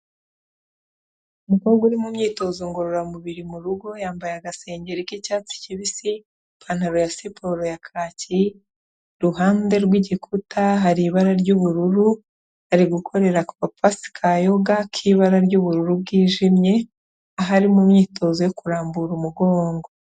Umukobwa uri mu myitozo ngororamubiri mu rugo, yambaye agasengeri k'icyatsi kibisi, ipantaro ya siporo ya kaki, iruhande rw'igikuta hari ibara ry'ubururu, ari gukorera kuga pasi ka yoga k'ibara ry'ubururu bwijimye, aho ari mu myitozo yo kurambura umugogo.